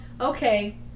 okay